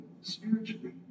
spiritually